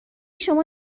شما